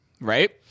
right